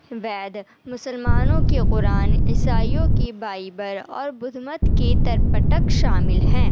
وید مسلمانوں کی قرآن عیسائیوں کی بائیبل اور بدھمت کی ترپٹک شامل ہیں